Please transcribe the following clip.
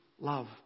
love